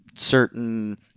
certain